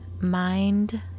mind